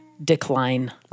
Decline